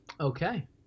Okay